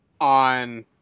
on